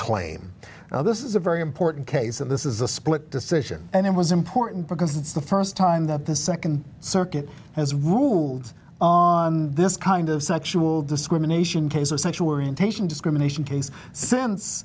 now this is a very important case of this is a split decision and it was important because it's the st time that the nd circuit has ruled on this kind of sexual discrimination case of sexual orientation discrimination case since